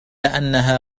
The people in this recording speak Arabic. أنها